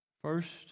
First